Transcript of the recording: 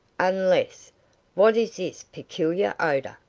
unless what is this peculiar odour?